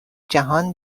جهان